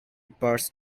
burst